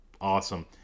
awesome